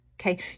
Okay